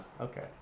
okay